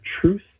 truth